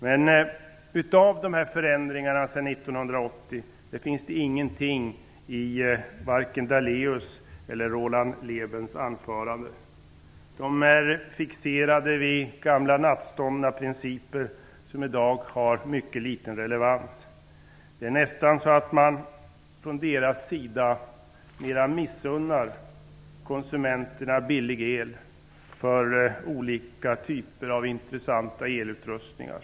Men av förändringarna sedan 1980 finns det ingenting varken i Lennart Daléus eller i Roland Lébens anförande. De är fixerade vid gamla nattståndna principer som i dag har mycket liten relevans. Det är nästan så att de missunnar konsumenterna billig el för olika typer av intressanta elutrustningar.